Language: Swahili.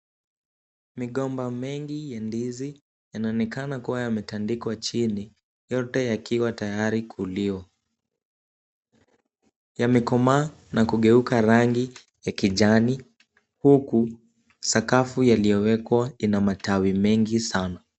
Migomba mengi ya ndizi yanaonekana kuwa yametandikwa chini yote yakiwa tayari kuliwa, yamekomaa na kugeuka rangi ya kijani huku sakafu yaliyowekwa ina matawi mengi sana.